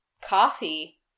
coffee